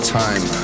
time